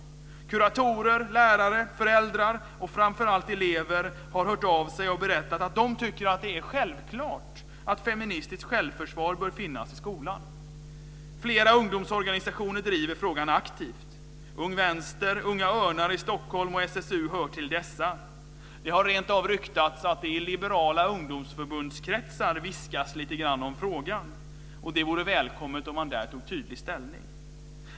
Kuratorer, lärare, föräldrar och framför allt elever har hört av sig och berättat att de tycker att det är självklart att feministiskt självförsvar bör finnas i skolan. Fler ungdomsorganisationer driver frågan aktivt. Ung Vänster, Unga Örnar i Stockholm och SSU hör till dessa. Det har rent av ryktats att det i liberala ungdomsförbundskretsar viskas lite grann om frågan. Det vore välkommet om man där tog tydlig ställning.